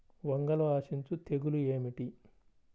వంగలో ఆశించు తెగులు ఏమిటి?